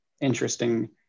interesting